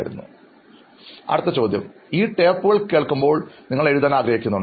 അഭിമുഖം നടത്തുന്നയാൾ ഈ ടേപ്പുകൾ കേൾക്കുമ്പോൾ നിങ്ങൾ എഴുതാൻ ആഗ്രഹിക്കുന്നുണ്ടോ